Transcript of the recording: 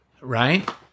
Right